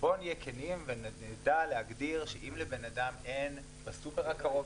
בואו נהיה כנים ונדע להגדיר שאם לבן אדם אין בסופר הקרוב